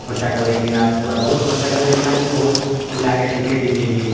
ଖର୍ଚ୍ଚା କରେଇକିନା ପୂରା ବହୁତ୍ ଖର୍ଚ୍ଚା କରେଇକିନା ବି ବହୁତ୍ ପିଲାକେ ଶିଖେଇ ଥିତିଁ ବି